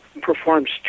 performs